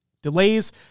Delays